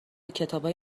کتابای